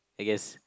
I guess